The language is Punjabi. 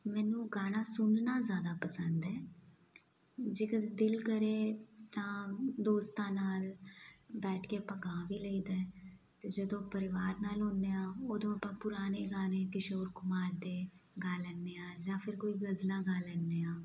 ਮੈਨੂੰ ਗਾਣਾ ਸੁਣਨਾ ਜ਼ਿਆਦਾ ਪਸੰਦ ਹੈ ਜੇਕਰ ਦਿਲ ਕਰੇ ਤਾਂ ਦੋਸਤਾਂ ਨਾਲ ਬੈਠ ਕੇ ਆਪਾਂ ਗਾ ਵੀ ਲਈਦਾ ਹੈ ਅਤੇ ਜਦੋਂ ਪਰਿਵਾਰ ਨਾਲ ਹੁੰਦੇ ਹਾਂ ਉਦੋਂ ਆਪਾਂ ਪੁਰਾਣੇ ਗਾਣੇ ਕਿਸ਼ੋਰ ਕੁਮਾਰ ਦੇ ਗਾ ਲੈਂਦੇ ਹਾਂ ਜਾਂ ਫਿਰ ਕੋਈ ਗ਼ਜ਼ਲਾਂ ਗਾ ਲੈਂਦੇ ਹਾਂ